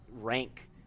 rank